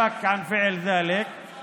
(אומר דברים בשפה הערבית, להלן תרגומם: